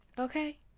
Okay